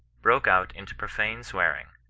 broke out into profane swearing,